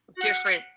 different